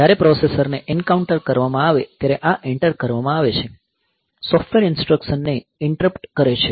જ્યારે પ્રોસેસને એનકાઉન્ટર કરવામાં આવે ત્યારે આ એન્ટર કરવામાં આવે છે સૉફ્ટવેર ઈન્સ્ટ્રકશનને ઈન્ટરપ્ટ કરે છે